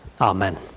Amen